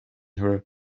her